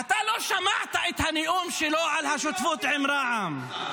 אתה לא שמעת את הנאום שלו על שותפות עם רע"מ.